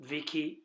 Vicky